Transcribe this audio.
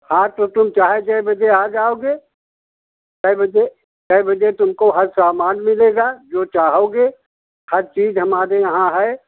हाँ तो तुम चाहे जै बजे आ जाओगे तै बजे तै बजे तुमको हर सामान मिलेगा जो चाहोगे हर चीज हमारे यहाँ है